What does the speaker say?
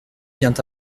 vient